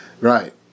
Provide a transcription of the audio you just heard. Right